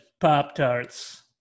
Pop-Tarts